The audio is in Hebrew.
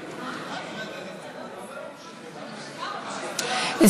התקשרויות משרד הביטחון עם תעשיות ביטחוניות,